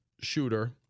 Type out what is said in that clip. shooter